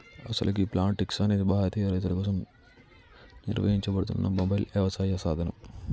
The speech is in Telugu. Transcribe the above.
అసలు గీ ప్లాంటిక్స్ అనేది భారతీయ రైతుల కోసం నిర్వహించబడుతున్న మొబైల్ యవసాయ సాధనం